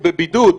הוא בבידוד.